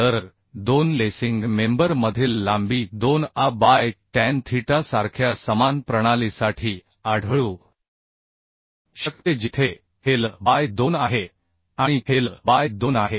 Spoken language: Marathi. तर दोन लेसिंग मेंबर मधील लांबी 2 a बाय टॅन थीटा सारख्या समान प्रणालीसाठी आढळू शकते जिथे हे l बाय 2 आहे आणि हे l बाय 2 आहे